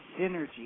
Synergy